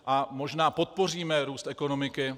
A možná podpoříme růst ekonomiky.